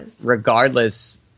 regardless